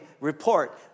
report